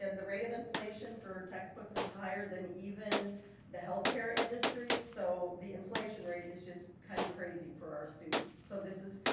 the rate of inflation for textbooks is higher than even the healthcare industry so the inflation rate is kind of crazy for our students so this is,